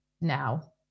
now